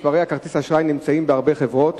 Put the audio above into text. כידוע, מספרי כרטיסי האשראי נמצאים בהרבה חברות